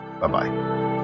Bye-bye